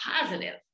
positive